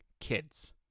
kids